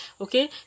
Okay